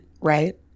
right